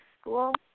school